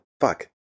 fuck